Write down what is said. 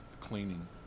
cleaning